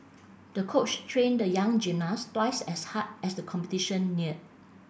the coach trained the young gymnast twice as hard as the competition neared